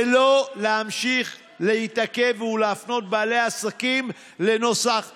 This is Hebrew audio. ולא להמשיך להתעכב ולהפנות בעלי עסקים לנוסח החוק.